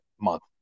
month